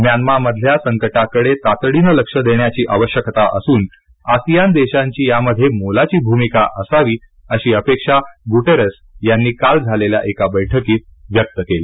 म्यानमामधल्या संकटाकडे तातडीनं लक्ष देण्याची आवश्यकता असून आसियान देशाची यामध्ये मोलाची भूमिका असावी अशी अपेक्षा गूटेरेस यांनी काल झालेल्या एका बैठकीत व्यक्त केली